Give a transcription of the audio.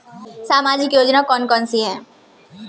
सामाजिक योजना कौन कौन सी हैं?